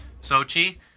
Sochi